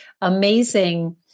amazing